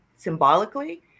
symbolically